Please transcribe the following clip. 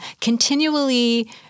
continually